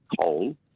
coal